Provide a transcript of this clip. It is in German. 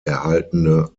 erhaltene